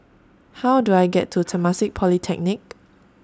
How Do I get to Temasek Polytechnic